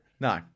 No